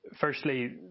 Firstly